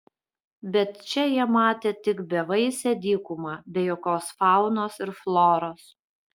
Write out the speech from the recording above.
bet čia jie matė tik bevaisę dykumą be jokios faunos ir floros